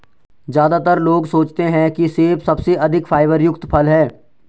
ज्यादातर लोग सोचते हैं कि सेब सबसे अधिक फाइबर युक्त फल है